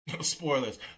Spoilers